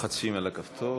לוחצים על הכפתור.